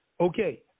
okay